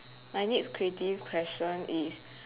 my next creative question is